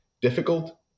difficult